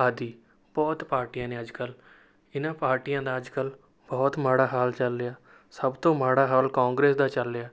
ਆਦਿ ਬਹੁਤ ਪਾਰਟੀਆਂ ਨੇ ਅੱਜ ਕੱਲ੍ਹ ਇਹਨਾਂ ਪਾਰਟੀਆਂ ਦਾ ਅੱਜ ਕੱਲ੍ਹ ਬਹੁਤ ਮਾੜਾ ਹਾਲ ਚੱਲ ਰਿਹਾ ਸਭ ਤੋਂ ਮਾੜਾ ਹਾਲ ਕਾਂਗਰਸ ਦਾ ਚੱਲ ਰਿਹਾ